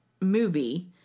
movie